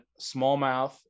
smallmouth